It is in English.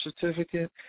certificate